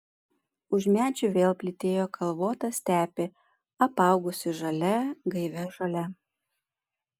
už medžių vėl plytėjo kalvota stepė apaugusi žalia gaivia žole